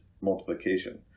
multiplication